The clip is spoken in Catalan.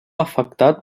afectat